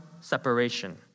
separation